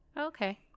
Okay